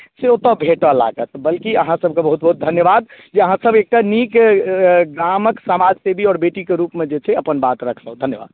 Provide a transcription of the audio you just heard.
से ओतय भेटय लागत बल्कि अहाँसभके बहुत बहुत धन्यवाद जे अहाँसभ एकटा नीक गामक समाजसेवी आओर बेटीके रूपमे जे छै अपन बात रखलहुँ धन्यवाद